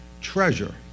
treasure